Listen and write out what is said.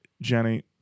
Jenny